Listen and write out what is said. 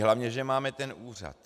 Hlavně že máme ten úřad.